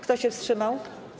Kto się wstrzymał?